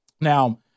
Now